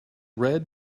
red